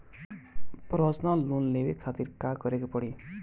Personal loan लेवे खातिर का करे के पड़ी?